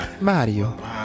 Mario